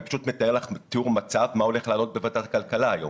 אני מתאר לך תיאור מצב מה הולך לעלות בוועדת הכלכלה היום.